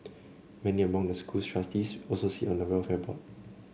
many among the school's trustees also sit on the welfare board